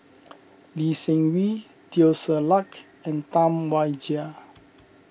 Lee Seng Wee Teo Ser Luck and Tam Wai Jia